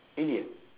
really ah